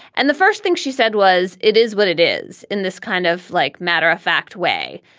and the first thing she said was it is what it is in this kind of like matter of fact way.